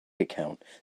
account